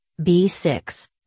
B6